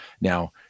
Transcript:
Now